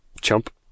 chump